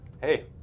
hey